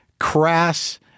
crass